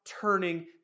turning